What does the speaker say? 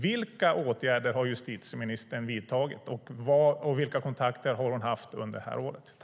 Vilka åtgärder har justitieministern vidtagit, och vilka kontakter har hon haft under det här året?